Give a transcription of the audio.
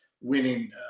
winning